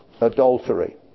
adultery